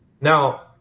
Now